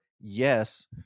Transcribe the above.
Yes